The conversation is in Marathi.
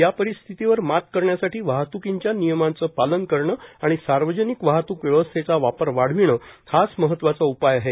या परिस्थितीवर मात करण्यासाठी वाहत्कीच्या नियमांचे पालन करणे आणि सार्वजनिक वाहतूक व्यवस्थेचा वापर वाढविणे हाच महत्वाचा उपाय आहे